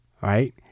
Right